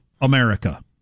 America